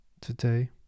today